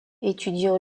étudiant